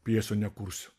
pjesių nekursiu